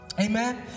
Amen